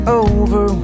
over